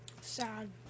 Sad